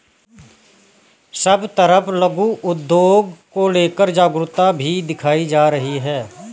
सब तरफ लघु उद्योग को लेकर जागरूकता भी दिखाई जा रही है